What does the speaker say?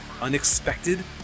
unexpected